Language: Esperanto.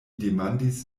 demandis